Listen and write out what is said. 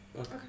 Okay